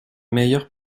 meilleures